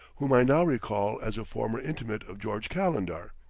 whom i now recall as a former intimate of george calendar.